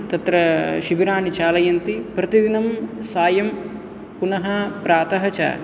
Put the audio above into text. तत्र शिबिराणि चालयन्ति प्रतिदिनं सायं पुनः प्रातः च